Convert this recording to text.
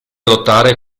lottare